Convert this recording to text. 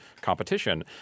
competition